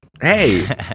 Hey